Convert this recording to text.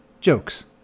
jokes